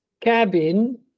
cabin